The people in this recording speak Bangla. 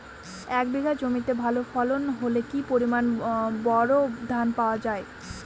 এক বিঘা জমিতে ভালো ফলন হলে কি পরিমাণ বোরো ধান পাওয়া যায়?